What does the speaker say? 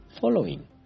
following